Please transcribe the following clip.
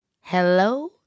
hello